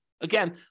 Again